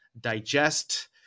digest